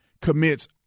commits